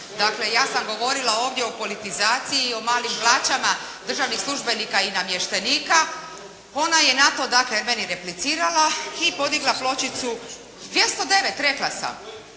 Dakle, ja sam govorila ovdje o politizaciji i o malim plaćama državnih službenika i namještenika. Ona je na to meni dakle replicirala i podigla pločicu. …/Upadica se